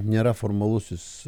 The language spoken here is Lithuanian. nėra formalusis